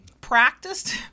practiced